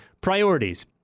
priorities